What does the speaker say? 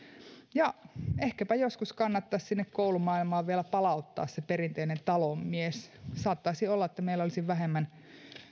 ja ehkäpä joskus kannattaisi koulumaailmaan vielä palauttaa se perinteinen talonmies saattaisi olla että meillä olisi vähemmän